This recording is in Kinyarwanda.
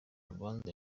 rubanza